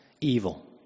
evil